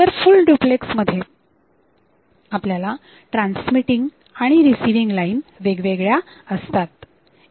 तर full duplex मध्ये आपल्याला ट्रान्समीटिंग आणि रिसिविंग लाईन वेगवेगळ्या असतात